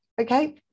okay